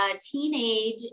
teenage